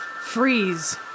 Freeze